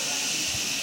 ששש.